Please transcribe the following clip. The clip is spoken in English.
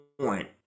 point